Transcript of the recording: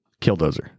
Killdozer